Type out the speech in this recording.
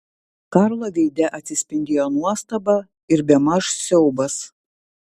karlo veide atsispindėjo nuostaba ir bemaž siaubas